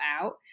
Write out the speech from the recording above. out